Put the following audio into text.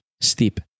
steep